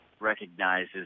recognizes